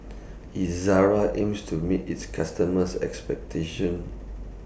Ezerra aims to meet its customers' expectations